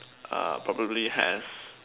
err probably has